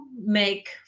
make